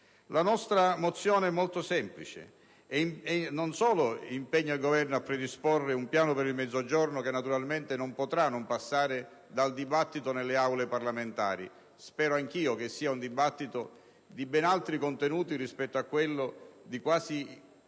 La nostra mozione è molto semplice: non solo impegna il Governo a predisporre un Piano per il Mezzogiorno che, naturalmente, non potrà non passare per il dibattito nelle Aule parlamentari (spero anch'io che sia un dibattito di ben altri contenuti rispetto a quello di quasi